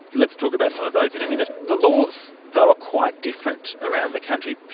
let's talk about some of those in a minute. the laws, though, are quite different around the country.